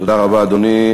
תודה רבה, אדוני.